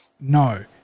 No